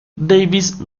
davis